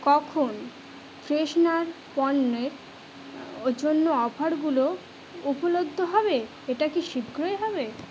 কখন ফ্রেশনার পণ্যের জন্য অফারগুলো উপলব্ধ হবে এটা কি শীঘ্রই হবে